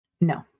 No